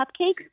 cupcakes